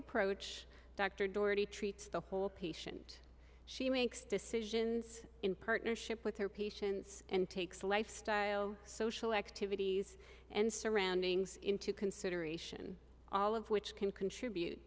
approach dr dorothy treats the whole patient she makes decisions in partnership with her patients and takes lifestyle social activities and surroundings into consideration all of which can contribute